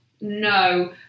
no